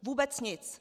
Vůbec nic.